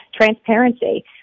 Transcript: transparency